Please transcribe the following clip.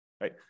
right